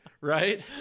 Right